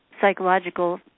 psychological